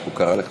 עליזה,